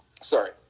sorry